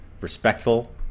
respectful